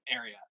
area